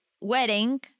Wedding